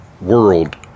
world